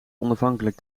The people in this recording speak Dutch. onafhankelijk